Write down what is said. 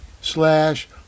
slash